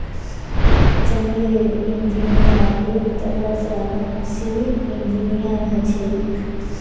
जंगलेर इंजीनियर एक तरह स सिविल इंजीनियर हछेक